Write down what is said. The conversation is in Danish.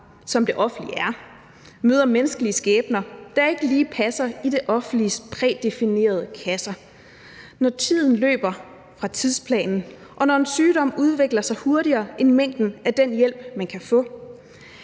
som det offentlige er, møder menneskelige skæbner, der ikke lige passer i det offentliges prædefinerede kasser, når tiden løber fra tidsplanen, og når en sygdom udvikler sig hurtigere end mængden af den hjælp, man kan få.